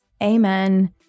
Amen